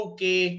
Okay